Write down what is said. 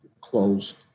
closed